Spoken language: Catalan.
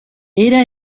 era